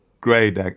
great